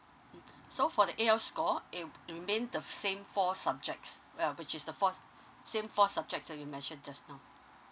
mm so for the A_L score it remain the same four subjects uh which is the four f~ same four subjects that you mentioned just now